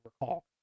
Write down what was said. recall